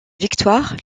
victoire